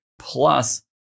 plus